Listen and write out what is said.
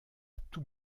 tout